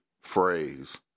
phrase